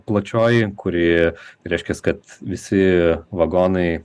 plačioji kuri reiškias kad visi vagonai